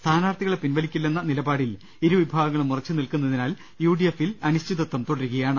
സ്ഥാനാർത്ഥികളെ പിൻവലി ക്കില്ലെന്ന നിലപാടിൽ ഇരുവിഭാഗങ്ങളും ഉറച്ചു നിൽക്കുന്ന തിനാൽ യു ഡി എഫിൽ അനിശ്ചിതത്വം തുടരുകയാണ്